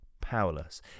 powerless